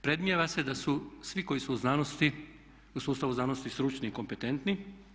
Predmnijeva se da su svi koji su u znanosti, u sustavu znanosti stručni i kompetentni.